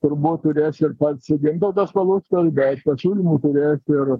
turbūt turės ir pats gintautas paluckas bet pasiūlymų turės ir